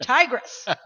tigress